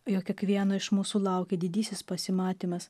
jog kiekvieno iš mūsų laukia didysis pasimatymas